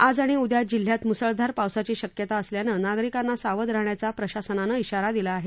आज आणि उद्या जिल्ह्यात मुसळधार पावसाची शक्यता असल्यानं नागरिकांना सावध राहण्याचा प्रशासनानं इशारा दिला आहे